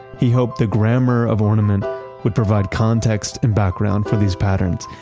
he hoped the grammar of ornament would provide context and background for these patterns,